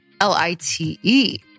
L-I-T-E